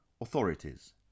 authorities